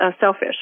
selfish